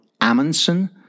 Amundsen